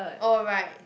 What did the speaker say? oh right